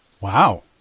Wow